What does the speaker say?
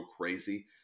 crazy